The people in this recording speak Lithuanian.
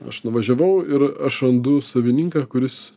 aš nuvažiavau ir aš randu savininką kuris